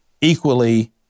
equally